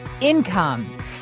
income